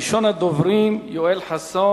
ראשון הדוברים, חבר הכנסת יואל חסון,